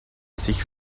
sich